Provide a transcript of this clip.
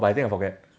but I think I forget